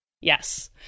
Yes